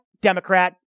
Democrat